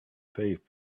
faith